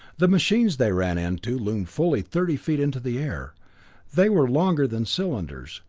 the machines they ran into loomed fully thirty feet into the air they were longer than cylinders,